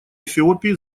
эфиопии